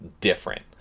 different